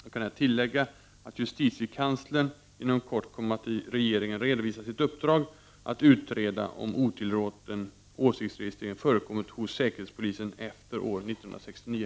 Jag kan här tillägga att justitiekanslern inom kort kommer att för regeringen redovisa sitt uppdrag att utreda om otillåten åsiktsregistrering förekommit hos säkerhetspolisen efter år 1969.